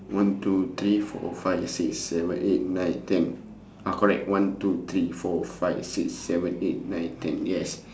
one two three four five six seven eight nine ten ah correct one two three four five six seven eight nine ten yes